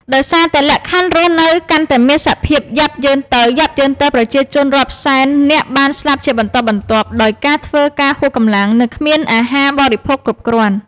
ដោយសារតែលក្ខខណ្ឌរស់នៅកាន់តែមានសភាពយ៉ាប់យ៉ឺនទៅៗ ប្រជាជនរាប់សែននាក់បានស្លាប់ជាបន្តបន្ទាប់ ដោយការធ្វើការហួសកម្លាំង និងគ្មានអាហារបរិភោគគ្រប់គ្រាន់។